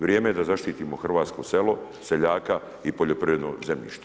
Vrijeme je da zaštitimo hrvatsko selo, seljaka i poljoprivredno zemljište.